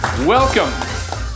Welcome